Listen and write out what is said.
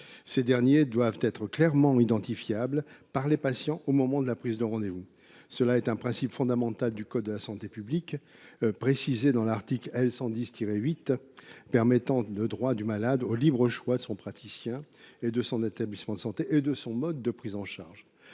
Ces derniers doivent être clairement identifiables par les patients au moment de la prise de rendez vous, principe fondamental du code de la santé publique, précisé à l’article L. 1110 8 de ce code, qui affirme le « droit du malade au libre choix de son praticien et de son établissement de santé et de son mode de prise en charge